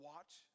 Watch